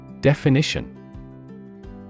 Definition